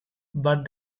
but